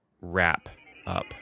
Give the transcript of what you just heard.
Wrap-Up